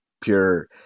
pure